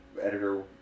editor